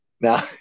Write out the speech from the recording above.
Now